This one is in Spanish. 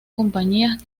compañías